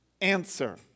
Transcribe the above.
Answer